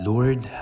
Lord